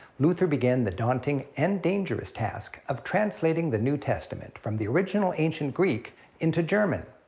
luther began the daunting and dangerous task of translating the new testament from the original ancient greek into german.